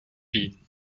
wien